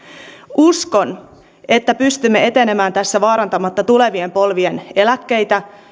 uskon että pystymme etenemään tässä vaarantamatta tulevien polvien eläkkeitä